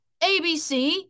ABC